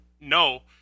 no